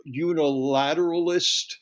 unilateralist